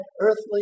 earthly